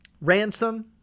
Ransom